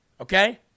Okay